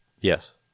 Yes